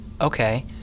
Okay